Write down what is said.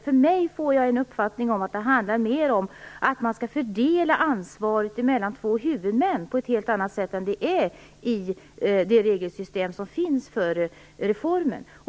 Jag får uppfattningen att det mer handlar om att man skall fördela ansvaret mellan två huvudmän på ett helt annat sätt än vad som sker i det regelsystem som finns för reformen.